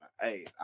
Hey